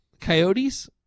Coyotes